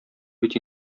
бит